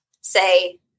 say